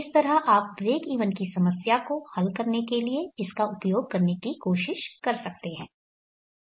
तो इस तरह आप ब्रेकइवन की समस्या को हल करने के लिए इसका उपयोग करने की कोशिश कर सकते हैं